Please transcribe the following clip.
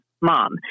mom